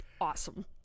Awesome